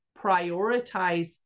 prioritize